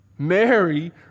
Mary